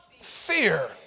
fear